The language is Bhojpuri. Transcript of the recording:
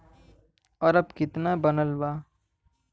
और अब कितना बनल बा?